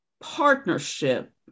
partnership